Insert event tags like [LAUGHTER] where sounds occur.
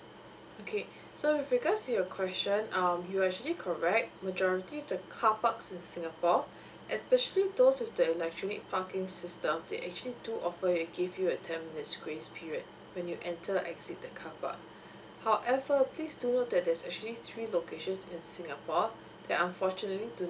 okay so with regards to your question um you are actually correct majority of the carparks in singapore [BREATH] especially those with the electronic parking system they actually do offer give you a ten minutes grace period when you enter exit the carpark [BREATH] however please do note that there is actually three locations in singapore that unfortunately do not